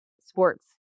sports